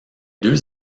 deux